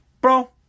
bro